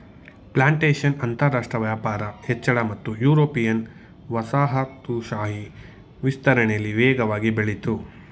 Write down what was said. plantation ಅಂತರಾಷ್ಟ್ರ ವ್ಯಾಪಾರ ಹೆಚ್ಚಳ ಮತ್ತು ಯುರೋಪಿಯನ್ ವಸಾಹತುಶಾಹಿ ವಿಸ್ತರಣೆಲಿ ವೇಗವಾಗಿ ಬೆಳಿತು